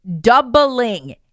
doubling